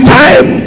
time